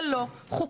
זה לא חוקי.